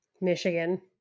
Michigan